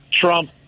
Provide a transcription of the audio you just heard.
Trump